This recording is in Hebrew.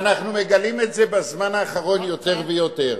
שאנחנו מגלים את זה בזמן האחרון יותר ויותר,